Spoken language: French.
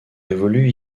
évolue